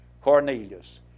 Cornelius